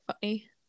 funny